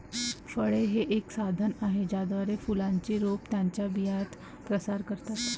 फळे हे एक साधन आहे ज्याद्वारे फुलांची रोपे त्यांच्या बियांचा प्रसार करतात